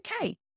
okay